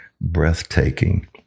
breathtaking